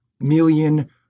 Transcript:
million